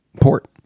port